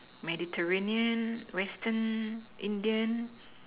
Mediterranean Western Indian